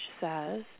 says